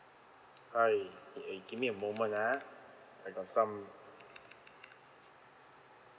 hi eh you give me a moment ah I got some